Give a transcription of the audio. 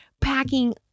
packing